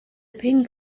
pink